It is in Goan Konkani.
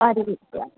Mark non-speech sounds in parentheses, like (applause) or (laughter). (unintelligible)